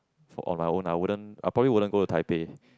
for own my own I wouldn't I probably wouldn't go to Taipei